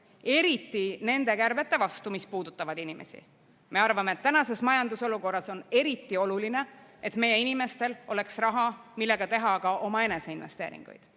Eriti nende kärbete vastu, mis puudutavad inimesi. Me arvame, et tänases majandusolukorras on eriti oluline, et meie inimestel oleks raha, millega teha ka omaenese investeeringuid.